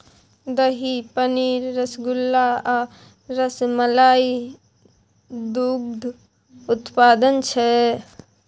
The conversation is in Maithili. दही, पनीर, रसगुल्ला आ रसमलाई दुग्ध उत्पाद छै